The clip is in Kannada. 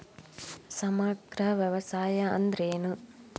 ಸಮಗ್ರ ವ್ಯವಸಾಯ ಅಂದ್ರ ಏನು?